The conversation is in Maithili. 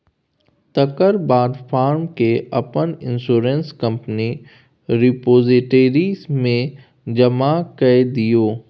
तकर बाद फार्म केँ अपन इंश्योरेंस कंपनीक रिपोजिटरी मे जमा कए दियौ